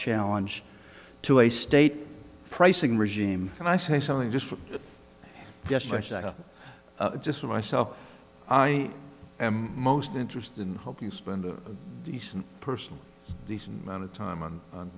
challenge to a state pricing regime and i say something just for yes i say just for myself i am most interested in helping spend a decent person decent amount of time